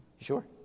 sure